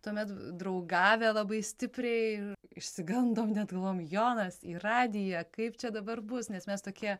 tuomet draugavę labai stipriai išsigandom net galvojom jonas į radiją kaip čia dabar bus nes mes tokie